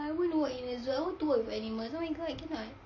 I want to work in a zoo I want to work with animals oh my god cannot